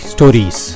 Stories